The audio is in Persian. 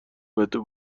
پتو